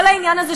כל העניין הזה,